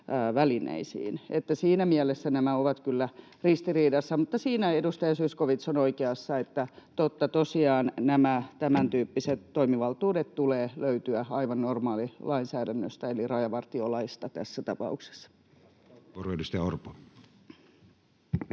siinä mielessä nämä ovat kyllä ristiriidassa, mutta siinä edustaja Zyskowicz on oikeassa, että totta tosiaan nämä tämäntyyppiset toimivaltuudet tulee löytyä aivan normaalilainsäädännöstä eli rajavartiolaista tässä tapauksessa.